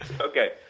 Okay